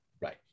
Right